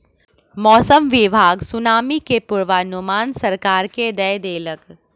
मौसम विभाग सुनामी के पूर्वानुमान सरकार के दय देलक